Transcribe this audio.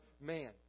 man